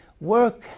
work